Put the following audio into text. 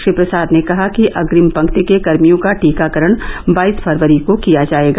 श्री प्रसाद ने कहा कि अग्रिम पंक्ति के कर्मियों का टीकाकरण बाईस फरवरी को किया जाएगा